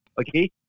Okay